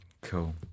Cool